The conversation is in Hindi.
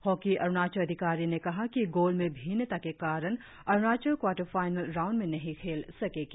हॉकी अरुणाचल अधिकारी ने कहा कि गोल में भिन्नता के कारण अरुणाचल क्वाटर फाईनल राउंड में नही खेल सकेगी